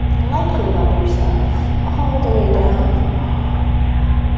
like you love yourself, all the way down, oh yeah.